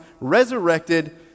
resurrected